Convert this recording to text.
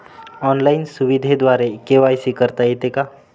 Online सुविधेद्वारे KYC करता येते का?